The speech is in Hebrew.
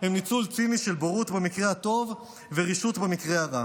הם ניצול ציני של בורות במקרה הטוב ורשעות במקרה הרע.